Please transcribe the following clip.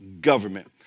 government